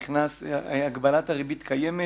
הגבלת הריבית קיימת